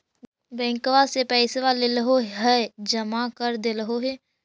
बैंकवा से पैसवा लेलहो है जमा कर देलहो हे?